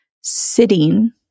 sitting